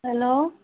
hello